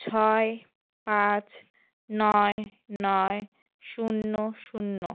ছয় পাঁচ নয় নয় শূন্য শূন্য